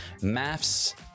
Maths